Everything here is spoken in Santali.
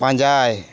ᱯᱟᱸᱡᱟᱭ